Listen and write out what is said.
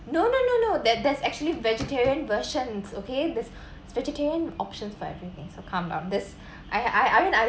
no no no no that that's actually vegetarian versions okay this vegetarian option for everything so come up this I I I mean I